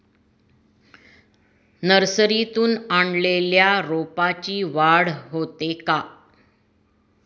नर्सरीतून आणलेल्या रोपाची वाढ होते का?